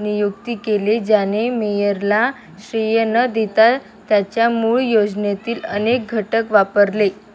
नियुक्त केले ज्याने मेयरला श्रेय न देता त्याच्या मूळ योजनेतील अनेक घटक वापरले